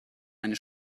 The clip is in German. eine